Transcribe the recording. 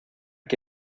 que